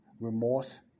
remorse